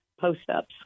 post-ups